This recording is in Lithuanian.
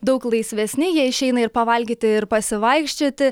daug laisvesni jie išeina ir pavalgyti ir pasivaikščioti